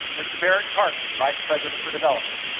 mr. barrett carson, vice president for development.